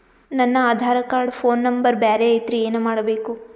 ನನ Aadhaar card phone number ಬ್ಯಾರೆ ಐತ್ರಿ ಏನ ಮಾಡಬೇಕು?